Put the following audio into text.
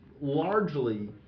largely